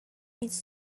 needs